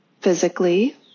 physically